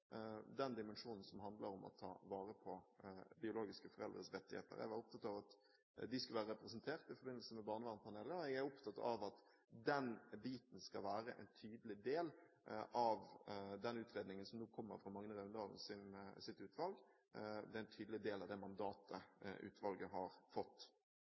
den dimensjonen som handler om å ta vare på biologiske foreldres rettigheter. Jeg var opptatt av at de skulle være representert i forbindelse med Barnevernpanelet, og jeg er opptatt av at den biten skal være en tydelig del av den utredningen som nå kommer fra Magne Raundalens utvalg. Det er en tydelig del av det mandatet utvalget har fått.